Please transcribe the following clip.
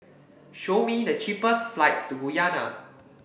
show me the cheapest flights to Guyana